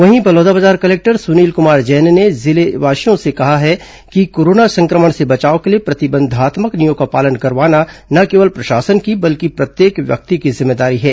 वहीं बलौदाबाजार कलेक्टर सुनील कुमार जैन ने जिलेवासियों से कहा है कि कोरोना संक्रमण से बचाव के लिए प्रतिबंधात्मक नियमों का पालन करवाना न केवल प्रशासन की बल्कि प्रत्येक व्यक्ति की जिम्मेदारी है